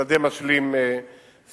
שדה משלים חדש.